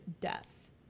death